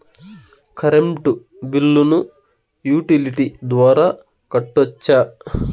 Current బిల్లును utility ద్వారా కట్టొచ్చా?